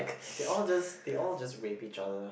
they all just they all just rape each other